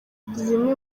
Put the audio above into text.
zimwe